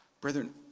Brethren